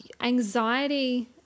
anxiety